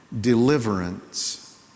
deliverance